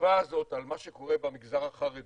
בכתבה הזאת על מה שקורה במגזר החרדי